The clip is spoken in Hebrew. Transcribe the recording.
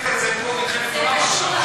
כמו מלחמת עולם עכשיו.